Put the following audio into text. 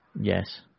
Yes